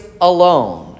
alone